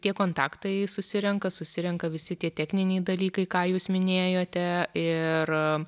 tie kontaktai susirenka susirenka visi tie tekniniai dalykai ką jūs minėjote ir